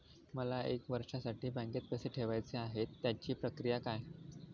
मला एक वर्षासाठी बँकेत पैसे ठेवायचे आहेत त्याची प्रक्रिया काय?